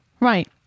Right